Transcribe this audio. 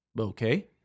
Okay